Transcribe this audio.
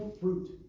fruit